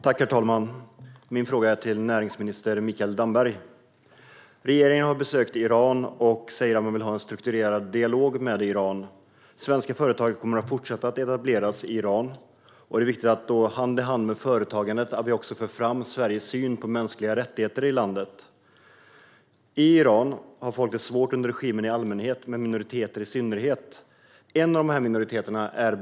Herr talman! Min fråga går till näringsminister Mikael Damberg. Regeringen har besökt Iran och säger att man vill ha en strukturerad dialog med Iran. Svenska företag kommer att fortsätta att etablera sig i Iran, och då är det viktigt att vi hand i hand med företagandet för fram Sveriges syn på mänskliga rättigheter i landet. I Iran har folk i allmänhet det svårt under regimen och minoriteterna i synnerhet.